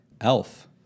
Elf